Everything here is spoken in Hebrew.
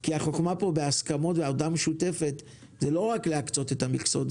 כי החוכמה פה בהסכמות ובהודעה משותפת היא לא רק להקצות את המכסות,